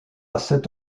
cette